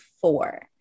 four